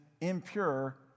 impure